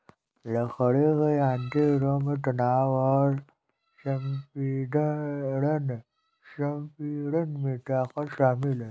लकड़ी के यांत्रिक गुणों में तनाव और संपीड़न में ताकत शामिल है